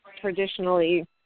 traditionally